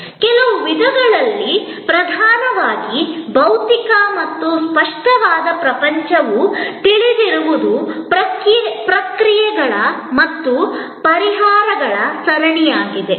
ಕೆಲವು ವಿಧಗಳಲ್ಲಿ ಪ್ರಧಾನವಾಗಿ ಭೌತಿಕ ಮತ್ತು ಸ್ಪಷ್ಟವಾದ ಪ್ರಪಂಚವು ತಿಳಿದಿರುವ ಪ್ರಕ್ರಿಯೆಗಳು ಮತ್ತು ಪರಿಹಾರಗಳ ಸರಣಿಯಾಗಿದೆ